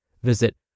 Visit